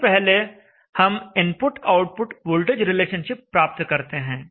सबसे पहले हम इनपुट आउटपुट वोल्टेज रिलेशनशिप प्राप्त करते हैं